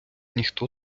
ніхто